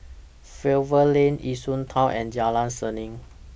Fernvale Lane Yishun Town and Jalan Seni